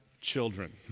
children